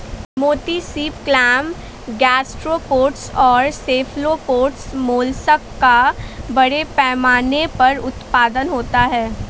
मोती सीप, clam, gastropods और सेफलोपोड्स मोलस्क का बड़े पैमाने पर उत्पादन होता है